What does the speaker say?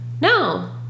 No